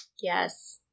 Yes